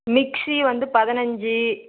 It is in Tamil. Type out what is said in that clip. மிக்ஸி வந்து பதினஞ்சு